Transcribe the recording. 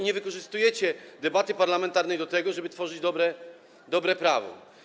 Nie wykorzystujecie debaty parlamentarnej do tego, żeby tworzyć dobre prawo.